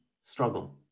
struggle